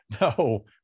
no